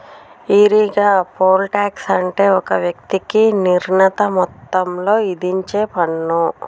ఈరిగా, poll tax అంటే ఒక వ్యక్తికి నిర్ణీత మొత్తంలో ఇధించేపన్ను